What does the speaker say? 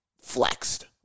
flexed